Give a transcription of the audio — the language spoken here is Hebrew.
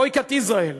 Boycott Israel,